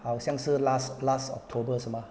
好像是 last last october 是吗